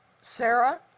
Sarah